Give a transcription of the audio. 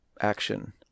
action